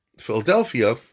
Philadelphia